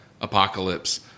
Apocalypse